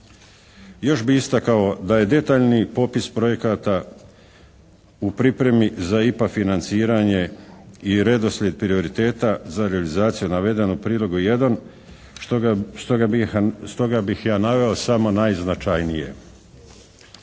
Još bi istakao da je detaljni popis projekata u pripremi za IPA financiranje i redoslijed prioriteta za realizaciju naveden u prilogu 1. Stoga bi ja naveo samo najznačajnije.